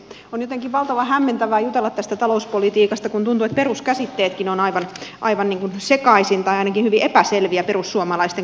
on jotenkin valtavan hämmentävää jutella tästä talouspolitiikasta kun tuntuu että peruskäsitteetkin ovat aivan sekaisin tai ainakin hyvin epäselviä perussuomalaisten kohdalla